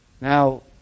Now